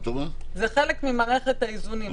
זה חלק ממערכת האיזונים,